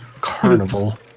carnival